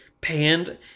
panned